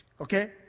Okay